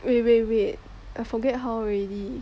wait wait wait I forget how already